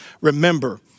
Remember